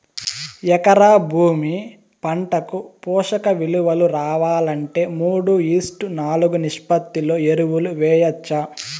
ఎకరా భూమి పంటకు పోషక విలువలు రావాలంటే మూడు ఈష్ట్ నాలుగు నిష్పత్తిలో ఎరువులు వేయచ్చా?